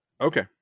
Okay